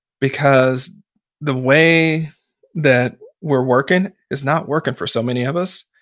because the way that we're working is not working for so many of us.